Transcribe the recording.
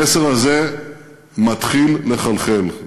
המסר הזה מתחיל לחלחל.